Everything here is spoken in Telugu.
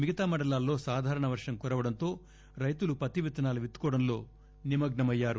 మిగతా మండలాలలో సాధారణ వర్షం కురవడంతో రైతులు పత్తి విత్తనాలు విత్తుకోవడంలో నిమగ్న మయ్యారు